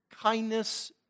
kindness